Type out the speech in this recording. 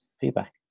feedback